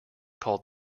called